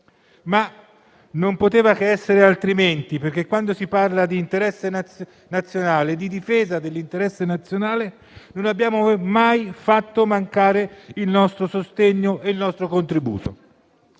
Non poteva che essere altrimenti perché, quando si parla di interesse nazionale e di difesa dell'interesse nazionale, non abbiamo mai fatto mancare il nostro sostegno e il nostro contributo.